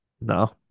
No